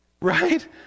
Right